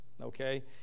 okay